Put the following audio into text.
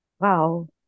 wow